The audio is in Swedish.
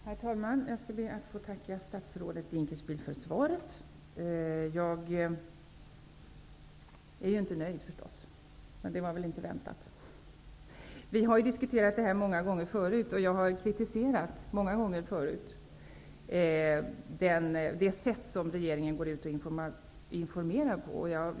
Herr talman! Jag skall be att få tacka statsrådet Dinkelspiel för svaret. Jag är ju inte nöjd förstås, men det var väl inte heller väntat. Vi har diskuterat den här frågan många gånger förut, och jag har kritiserat det sätt på vilket regeringen går ut och informerar på.